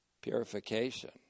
purification